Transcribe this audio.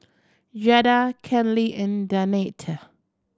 Jada Kenley and Danette